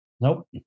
Nope